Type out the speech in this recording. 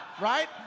Right